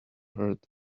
heard